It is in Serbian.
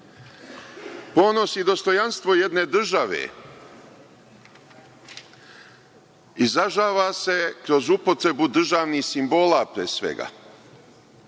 Ponos i dostojanstvo jedne države izražava se kroz upotrebu državnih simbola pre svega.